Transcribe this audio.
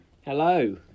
Hello